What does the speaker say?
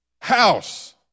house